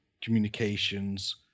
communications